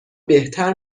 بهتر